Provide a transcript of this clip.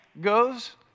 goes